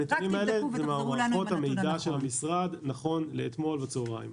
הנתונים האלה הם ממערכות המידע של המשרד נכון לאתמול בצוהריים.